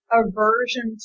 aversion